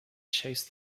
chased